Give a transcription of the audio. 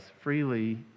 freely